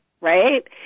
right